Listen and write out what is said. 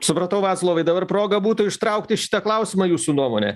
supratau vaclovai dabar proga būtų ištraukti šitą klausimą jūsų nuomone